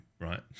right